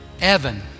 Evan